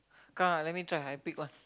come let me try I pick one